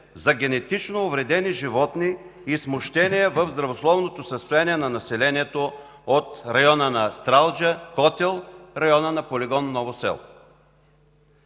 за генетично увредени животни и смущения в здравословното състояние на населението от района на Стралджа, Котел, района на полигон „Ново село”.